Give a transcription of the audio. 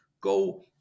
go